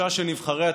לתחושה שנבחרי הציבור,